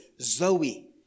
Zoe